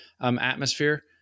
atmosphere